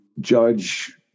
judge